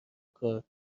کار